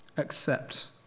Accept